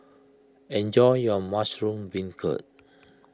enjoy your Mushroom Beancurd